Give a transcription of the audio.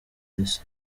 les